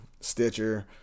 Stitcher